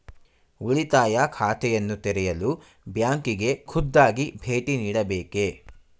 ಉಳಿತಾಯ ಖಾತೆಯನ್ನು ತೆರೆಯಲು ಬ್ಯಾಂಕಿಗೆ ಖುದ್ದಾಗಿ ಭೇಟಿ ನೀಡಬೇಕೇ?